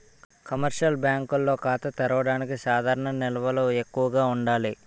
commercial బ్యాంకుల్లో ఖాతా తెరవడానికి సాధారణ నిల్వలు ఎక్కువగా ఉండాలి